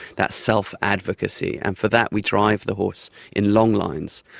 that self-advocacy, and for that we drive the horse in long lines.